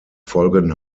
folgen